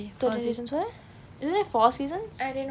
thirteen reasons why isn't it four seasons